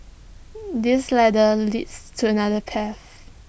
this ladder leads to another path